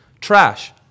Trash